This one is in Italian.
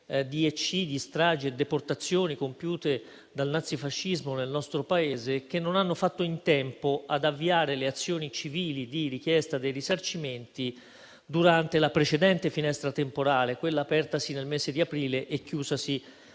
di eccidi, stragi e deportazioni compiute dal nazifascismo nel nostro Paese, che non hanno fatto in tempo ad avviare le azioni civili di richiesta di risarcimento durante la precedente finestra temporale, quella apertasi nel mese di aprile e chiusasi